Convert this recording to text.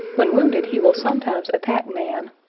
when wounded he will sometimes attack man,